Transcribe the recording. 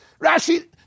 Rashi